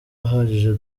ahagije